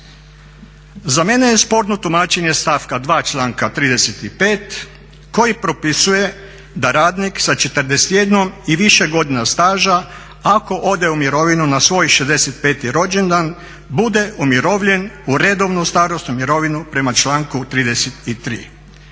Za mene je sporno tumačenje stavka 2. članka 35. koji propisuje da radnik sa 41 i više godina staža ako ode u mirovinu na svoj 65. rođendan bude umirovljen u redovnu starosnu mirovinu prema članku 33.